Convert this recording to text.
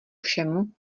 všemu